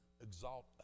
exalt